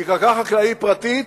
כי קרקע חקלאית פרטית,